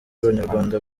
abanyarwanda